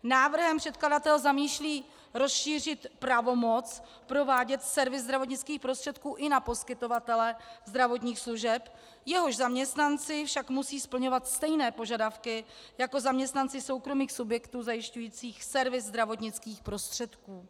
Návrhem předkladatel zamýšlí rozšířit pravomoc provádět servis zdravotnických prostředků i na poskytovatele zdravotních služeb, jehož zaměstnanci však musí splňovat stejné požadavky jako zaměstnanci soukromých subjektů zajišťujících servis zdravotnických prostředků.